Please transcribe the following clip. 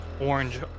orange